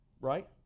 right